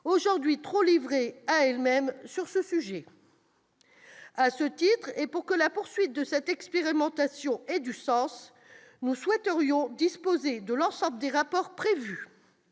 aujourd'hui trop livrées à elles-mêmes en la matière. À ce titre, et pour que la poursuite de cette expérimentation ait du sens, nous souhaiterions disposer de l'ensemble des rapports prévus.